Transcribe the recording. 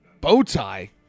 Bowtie